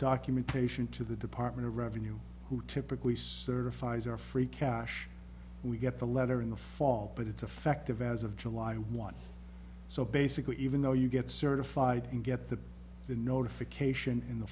documentation to the department of revenue who typically certifies our free cash we get the letter in the fall but it's effect of as of july one so basically even though you get certified and get the the notification in the